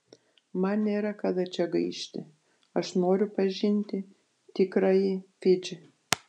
man nėra kada čia gaišti aš noriu pažinti tikrąjį fidžį